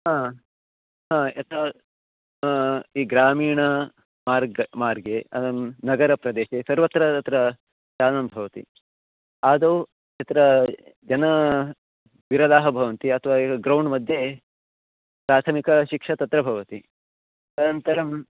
हा हा यथा ये ग्रामीणमार्गे मार्गे नगरप्रदेशे सर्वत्र तत्र यानं भवति आदौ तत्र जनविरलः भवन्ति अथवा एव ग्रौण्ड् मध्ये प्राथमिकशिक्षणं तत्र भवति अनन्तरं